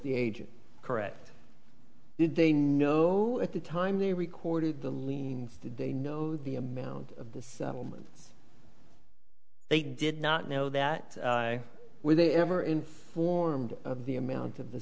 the agent correct did they know at the time they recorded the lien they know the amount of the settlement they did not know that were they ever informed of the amount of the